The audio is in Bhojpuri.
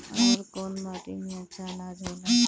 अवर कौन माटी मे अच्छा आनाज होला?